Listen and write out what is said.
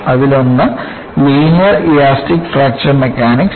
അതിലൊന്നാണ് linear elastic fracture mechanics